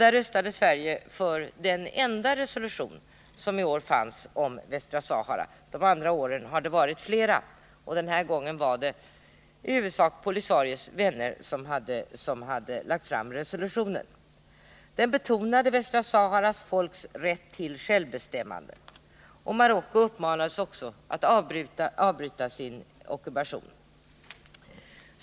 Då röstade Sverige för den enda resolution som i år fanns om Västra Sahara. De andra åren har det varit flera. Den här gången var det i huvudsak POLISARIO:s vänner som hade lagt fram förslag till resolution. Den betonade rätten till självbestämmande för Västra Saharas folk. Marocko uppmanades också att avbryta sin ockupation.